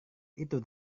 itu